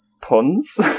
Puns